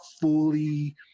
fully